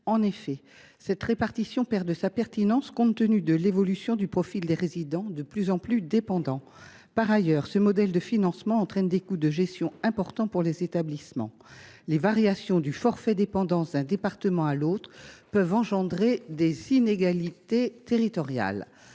En effet, cette répartition perd de sa pertinence compte tenu de l’évolution du profil des résidents, qui sont de plus en plus dépendants. Par ailleurs, ce modèle de financement entraîne des coûts de gestion importants pour les établissements. Les variations du forfait dépendance d’un département à l’autre peuvent engendrer des inégalités territoriales.